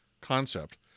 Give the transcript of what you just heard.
concept